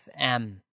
FM